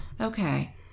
Okay